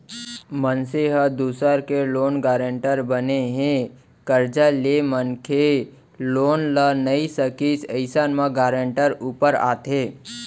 मनसे ह दूसर के लोन गारेंटर बने हे, करजा ले मनखे लोन ल नइ सकिस अइसन म गारेंटर ऊपर आथे